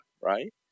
right